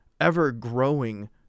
ever-growing